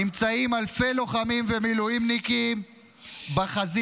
נמצאים אלפי לוחמים ומילואימניקים בחזית,